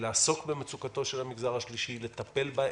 לעסוק במצוקתו של המגזר השלישי ולטפל בה.